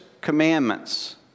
commandments